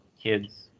kids